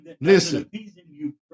Listen